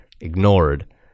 ignored